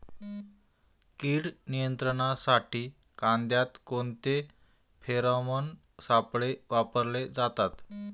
कीड नियंत्रणासाठी कांद्यात कोणते फेरोमोन सापळे वापरले जातात?